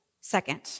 Second